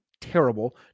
terrible